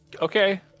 Okay